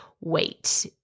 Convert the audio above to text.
wait